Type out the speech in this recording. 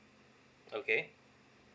okay